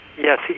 Yes